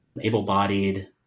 able-bodied